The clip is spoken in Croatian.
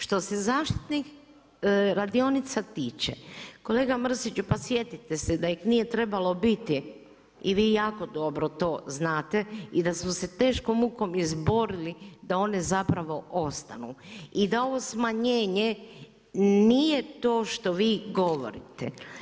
Što se zaštitnih radionica tiče, kolega Mrsiću pa sjetite se da ih nije trebalo biti i vi jako dobro to znate i da smo se teškom mukom izborili da one ostanu i da ovo smanjenje nije to što vi govorite.